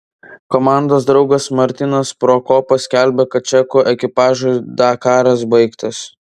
komandos draugas martinas prokopas skelbia kad čekų ekipažui dakaras baigtas